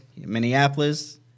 Minneapolis